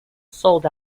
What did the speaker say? sold